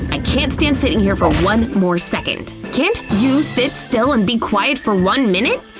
i can't stand sitting here for one more second! can't you sit still and be quiet for one minute?